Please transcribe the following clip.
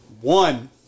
One